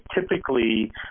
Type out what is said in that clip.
typically